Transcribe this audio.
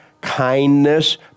kindness